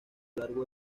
largo